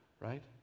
right